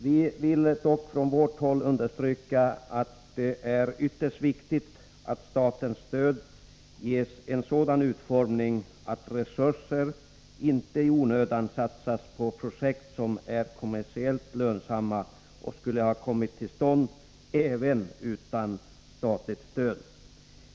Vi vill dock från vårt håll understryka att det är ytterst viktigt att statens stöd ges en sådan utformning att resurser inte i onödan satsas på projekt som är kommersiellt lönsamma och som skulle ha kommit till stånd även utan statligt stöd.